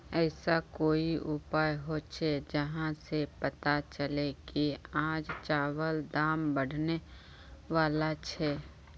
ऐसा कोई उपाय होचे जहा से पता चले की आज चावल दाम बढ़ने बला छे?